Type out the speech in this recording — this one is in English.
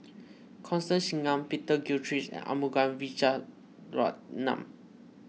Constance Singam Peter Gilchrist and Arumugam Vijiaratnam